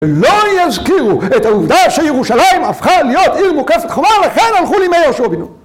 לא יזכירו את העובדה שירושלים הפכה להיות עיר מוקפת חומה, ולכן הלכו לימי יהושע בנו.